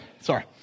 sorry